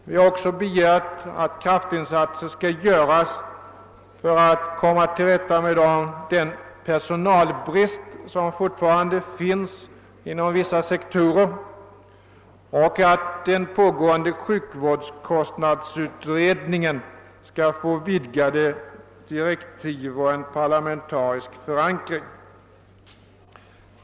Vi har också begärt att kraftinsatser skall göras för att man skall komma till rätta med den personalbrist, som fortfarande finns inom vissa sektorer, och att den pågående sjukvårdskostnadsutredningen skall få vidgade direktiv samt en parlamentarisk förankring.